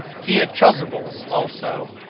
he had chasubles, also,